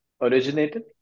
originated